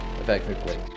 effectively